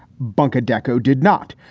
bunkered decco did not.